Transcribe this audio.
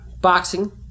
boxing